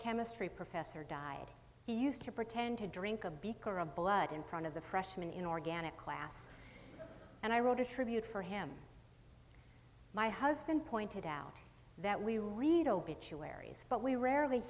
chemistry professor died he used to pretend to drink a beaker of blood in front of the freshman inorganic class and i wrote a tribute for him my husband pointed out that we read obituaries but we rarely